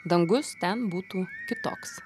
dangus ten būtų kitoks